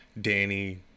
Danny